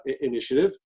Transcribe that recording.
initiative